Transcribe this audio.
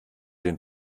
den